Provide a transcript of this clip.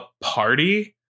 party